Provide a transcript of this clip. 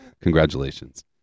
Congratulations